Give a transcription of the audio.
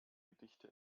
gedichte